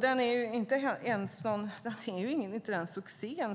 Den är inte ens den succé